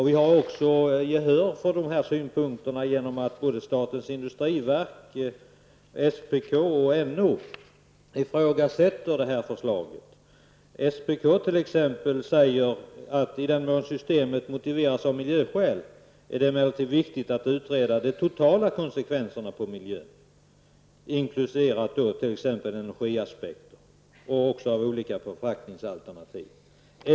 Vi har också fått gehör för dessa synpunkter genom att både statens industriverk, SPK och NO ifrågasätter det här förslaget. SPK säger t.ex. att i den mån systemet motiveras av miljöskäl är det emellertid viktigt att utreda de totala konsekvenserna för miljön, inkl. energiaspekten. Det gäller också konsekvenserna av olika förpackningsalternativ.